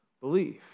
belief